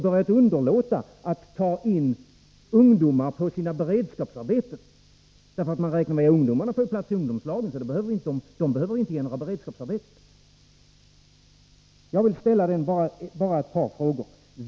börjat underlåta att ta in ungdomar på sina beredskapsarbeten därför att man räknar med att ungdomarna i stället får plats i ungdomslag och inte behöver ges några beredskapsarbeten. Jag vill ställa ett par frågor.